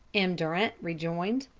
m. durant rejoined.